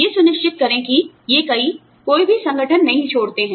ये सुनिश्चित करें कि ये कई कोई भी संगठन नहीं छोड़ते हैं